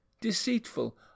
deceitful